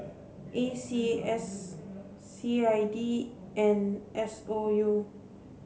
A C S I C I D and S O U